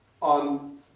on